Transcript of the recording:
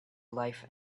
life